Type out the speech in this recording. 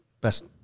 best